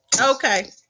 Okay